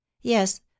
Yes